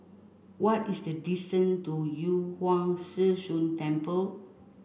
what is the to Yu Huang Zhi Zun Temple